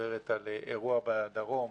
שמדברת על אירוע בדרום,